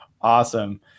awesome